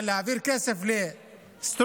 אבל להעביר כסף לסטרוק